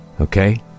Okay